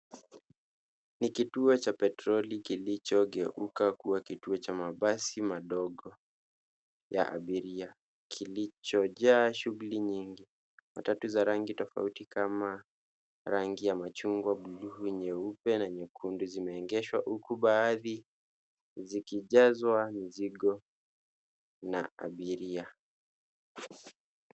Ni kituo cha petroli kilichogeuka kuwa kituo cha mabasi madogo ya abiria, kilichojaa shughuli nyingi. Matatu za rangi tofauti kama rangi ya machungwa, buluu, nyeupe na nyekundu zimeegeshwa huku baadhi zikijazwa mizigo na abiria.